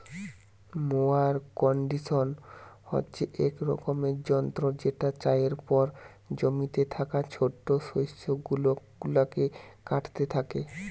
mower condition হচ্ছে এক রকমের যন্ত্র যেটা চাষের পর জমিতে থাকা ছোট শস্য গুলাকে কাটতে থাকে